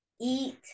Eat